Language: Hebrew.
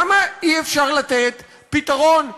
למה אי-אפשר לתת פתרון שוויוני,